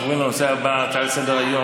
אנחנו עוברים לנושא הבא, הצעה לסדר-היום.